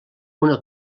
una